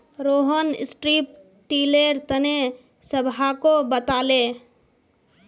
Rohan strip tiller तने सबहाको बताले